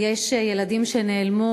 לדפוק על השולחן ולהגיד: